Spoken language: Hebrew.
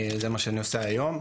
זה מה שאני עושה היום.